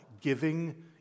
giving